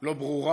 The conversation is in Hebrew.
לא ברורה.